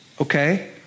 Okay